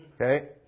Okay